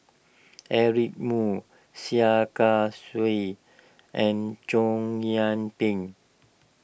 Eric Moo Sia Kah Sui and Chow Yian Ping